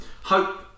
hope